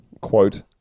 quote